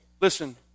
Listen